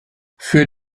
für